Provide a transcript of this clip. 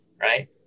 right